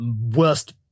worst